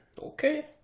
Okay